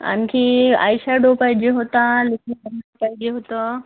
आणखी आयशॅडो पाहिजे होता लिप लायनर पाहिजे होतं